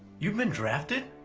you've been drafted?